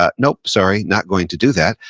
ah nope, sorry, not going to do that.